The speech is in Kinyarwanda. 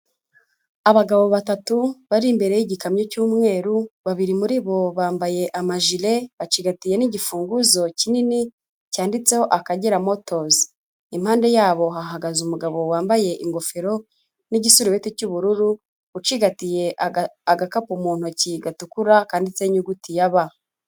Abagabo batatu bari imbere y'igikamyo cy'umweru, babiri muri bo bambaye amajire, bacigatiye n'igifunguzo kinini cyanditseho Akagera motozi, impande yabo hahagaze umugabo wambaye ingofero n'igisurubeti cy'ubururu ucigatiye agakapu mu ntoki gatukura kanditse inyuguti ya ba.